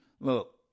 look